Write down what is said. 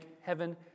heaven